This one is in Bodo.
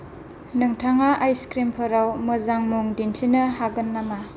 नोंथाङा आइसक्रिमफोराव मोजां मुं दिन्थिनो हागोन नामा